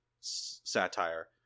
satire